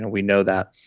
and we know that.